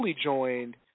joined